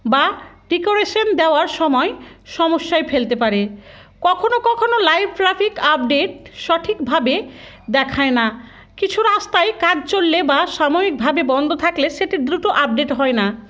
বা ডেকোরেশান দেওয়ার সময় সমস্যায় ফেলতে পারে কখনও কখনও লাইভ ট্রাফিক আপডেট সঠিকভাবে দেখায় না কিছু রাস্তায় কাজ চললে বা সাময়িকভাবে বন্ধ থাকলে সেটি দ্রুত আপডেট হয় না